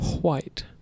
White